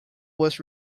was